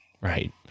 Right